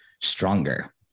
stronger